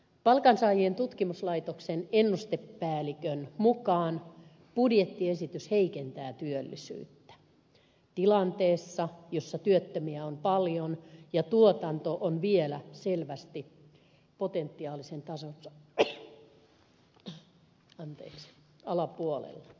palkansaajien tutkimuslaitoksen ennustepäällikön mukaan budjettiesitys heikentää työllisyyttä tilanteessa jossa työttömiä on paljon ja tuotanto on vielä selvästi potentiaalisen tasonsa alapuolella